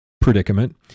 predicament